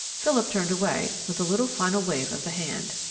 philip turned away with a little final wave of the hand.